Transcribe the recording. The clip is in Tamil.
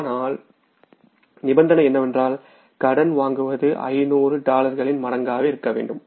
ஆனால் நிபந்தனை என்னவென்றால் கடன் வாங்குவது 500 டாலர்களின் மடங்காக இருக்க வேண்டும்